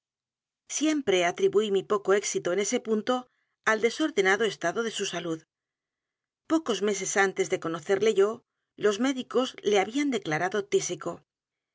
siempre atribuí mi poco éxito en ese punto al desordenado estado de su salud pocos meses antes de conocerle yo los médicos le habían declarado tísico